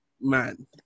man